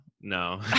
no